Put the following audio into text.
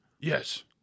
Yes